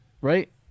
right